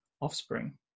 offspring